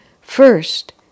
first